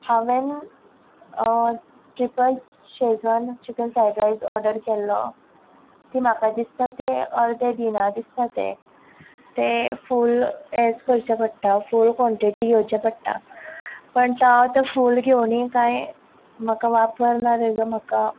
हांवें triple Schezwan chicken fried rice order केल्लो ती म्हाका दिसता ते अर्दे दिना दिसता ते ते फूल हेंच करचे पडटा फूल कोन्टीटी घेवचे पडटा पण हांव तो फूल घेवनय कांय म्हाका वापर ना तेचो म्हाका